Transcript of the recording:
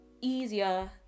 easier